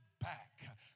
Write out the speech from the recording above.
back